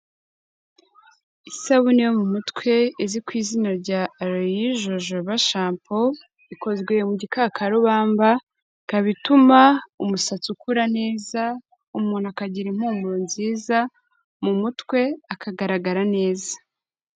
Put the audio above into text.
Isabune yo mu mutwe izwi ku izina rya Aloe-Jojoba Shampoo ikozwe mu gikakarubamba, ikaba ituma umusatsi ukura neza, umuntu akagira impumuro nziza mu mutwe akagaragara neza.